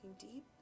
deep